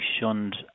shunned